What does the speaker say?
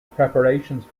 preparations